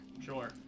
Sure